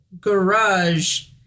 garage